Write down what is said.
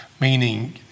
meaning